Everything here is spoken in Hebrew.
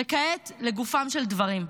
וכעת לגופם של דברים.